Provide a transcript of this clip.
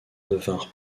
devinrent